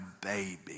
baby